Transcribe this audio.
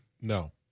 No